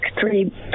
three